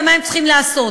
ומה הם צריכים לעשות.